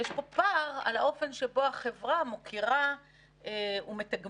יש פה פער באופן שהחברה מוקירה ומתגמלת